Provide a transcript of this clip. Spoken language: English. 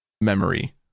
memory